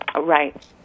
Right